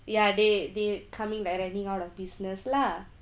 ya they they coming directly out of business lah